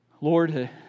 Lord